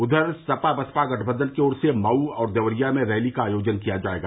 उधर सपा बसपा गठबंधन की ओर से मऊ और देवरिया में रैली का आयोजन किया जाएगा